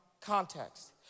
context